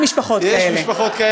יש, רק משפחות כאלה.